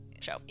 show